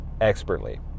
expertly